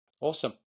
Awesome